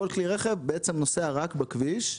כל כלי רכב בעצם נוסע רק בכביש,